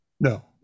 No